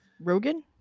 Rogan